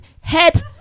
head